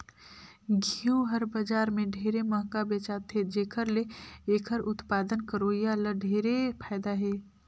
घींव हर बजार में ढेरे मंहगा बेचाथे जेखर ले एखर उत्पादन करोइया ल ढेरे फायदा हे